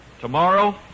Tomorrow